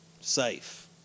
safe